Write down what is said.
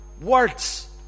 words